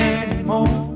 anymore